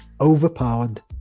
overpowered